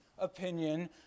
opinion